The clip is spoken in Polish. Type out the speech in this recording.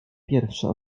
pierwsze